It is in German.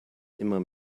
immer